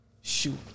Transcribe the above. Shoot